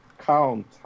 count